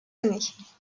années